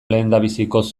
lehendabizikoz